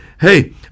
hey